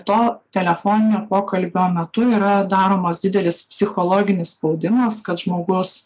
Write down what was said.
to telefoninio pokalbio metu yra daromas didelis psichologinis spaudimas kad žmogus